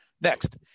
Next